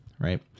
right